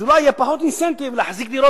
אז אולי יהיה פחות אינסנטיב להחזיק דירות